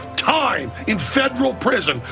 time in federal prison,